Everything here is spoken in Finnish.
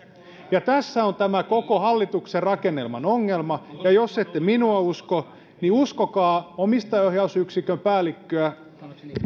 mahdu tässä on tämä koko hallituksen rakennelman ongelma ja jos ette minua usko niin uskokaa omistajaohjausyksikön päällikköä